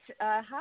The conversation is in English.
Hi